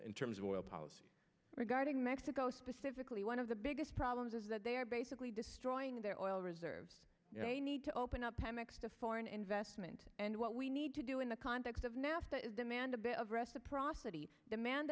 in terms of oil policy regarding mexico specifically one of the biggest problems is that they are basically destroying their oil reserves they need to open up pemex to foreign investment and what we need to do in the context of nafta is demand a bit of reciprocity demand